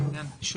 בבקשה.